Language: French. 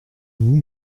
vous